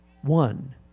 one